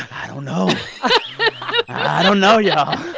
i don't know i don't know, y'all.